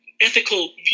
ethical